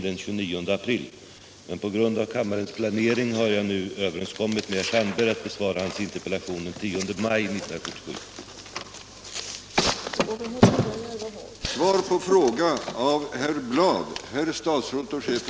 Men med hänsyn till planeringen av kammarens arbete har jag nu överenskommit med herr Sandberg om att besvara hans interpellation den 10 maj 1977.